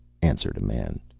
answered a man.